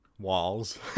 Walls